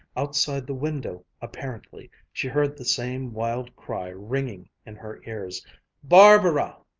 outside the window apparently, she heard the same wild cry ringing in her ears bar-ba-ra!